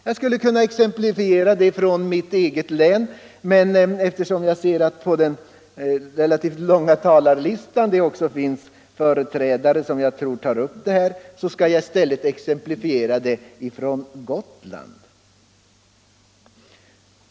Jag skulle kunna ta exempel från mitt eget län, men eftersom jag ser att det på den relativt långa talarlistan finns andra företrädare för dessa intressen som jag tror tar upp det ämnet skall jag i stället exemplifiera med Gotland.